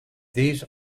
these